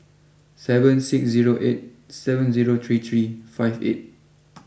seven six zero eight seven zero three three five eight